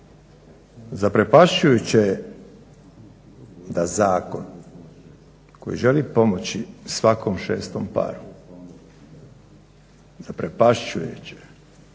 Zaprepašćujuće je da zakon koji želi pomoći svakom šestom paru izaziva podjele.